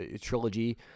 trilogy